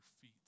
feet